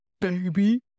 baby